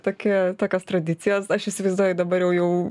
tokia tokios tradicijos aš įsivaizduoju dabar jau jau